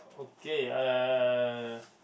okay uh